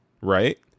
right